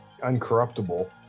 uncorruptible